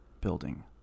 building